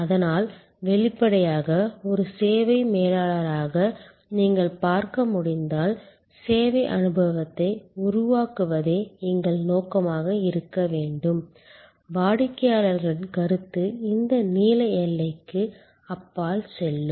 அதனால் வெளிப்படையாக ஒரு சேவை மேலாளராக நீங்கள் பார்க்க முடிந்தால் சேவை அனுபவத்தை உருவாக்குவதே எங்கள் நோக்கமாக இருக்க வேண்டும் வாடிக்கையாளர்களின் கருத்து இந்த நீல எல்லைக்கு அப்பால் செல்லும்